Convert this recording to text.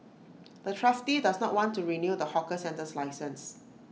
the trustee does not want to renew the hawker centre's license